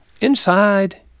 inside